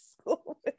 school